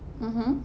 mmhmm